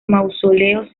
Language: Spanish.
mausoleos